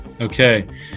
Okay